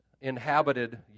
inhabited